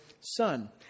son